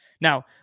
Now